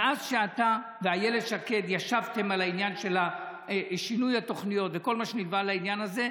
מאז שאתה ואיילת שקד ישבתם על שינוי התוכניות וכל מה שנלווה לעניין הזה,